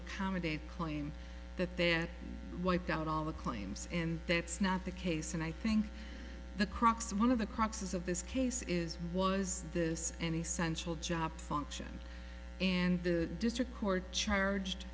accommodate claim that there wiped out all the claims and that's not the case and i think the crux one of the cruxes of this case is was this any central job function and the district court charged